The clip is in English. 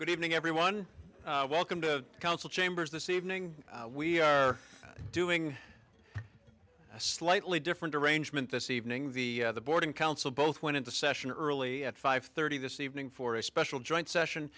good evening everyone welcome to council chambers this evening we are doing a slightly different arrangement this evening the board and council both went into session early at five thirty this evening for a special joint session